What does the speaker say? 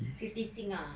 fifty sing ah